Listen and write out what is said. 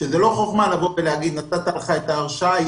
שזאת לא חוכמה להגיד: נתתי לך את ההרשאה,